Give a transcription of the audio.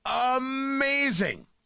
amazing